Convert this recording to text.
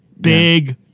big